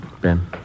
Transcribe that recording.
Ben